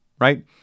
right